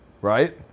right